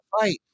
fight